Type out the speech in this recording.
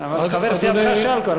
אבל חבר סיעתך שאל כבר.